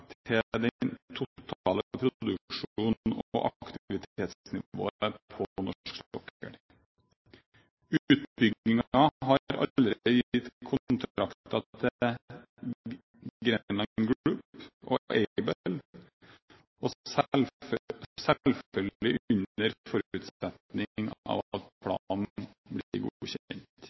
den totale produksjonen og aktivitetsnivået på norsk sokkel. Utbyggingen har allerede gitt kontrakter til Grenland Group og Aibel, selvfølgelig under forutsetning av at planen blir godkjent.